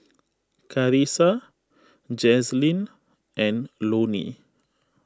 Carisa Jazlyn and Loni